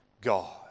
God